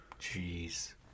Jeez